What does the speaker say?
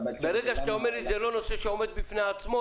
אומר לי "זה לא נושא שעומד בפני עצמו"